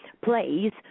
plays